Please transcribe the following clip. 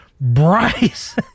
Bryce